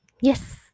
Yes